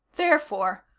therefore,